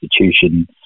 institution